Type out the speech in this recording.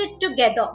together